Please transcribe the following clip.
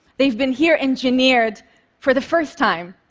they've been here, engineered for the first time,